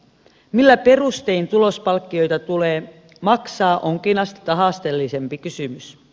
millä perustein tulospalkkioita tulee maksaa onkin astetta haasteellisempi kysymys